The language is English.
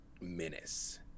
menace